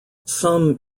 some